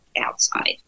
outside